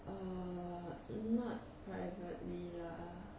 err not privately lah